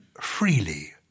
freely